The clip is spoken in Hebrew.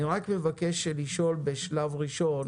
אני רק מבקש לשאול בשלב ראשון